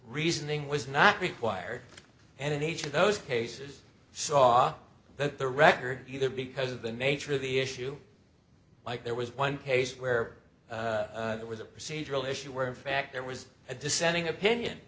reasoning was not required and in each of those cases saw the record either because of the nature of the issue like there was one case where there was a procedural issue where in fact there was a dissenting opinion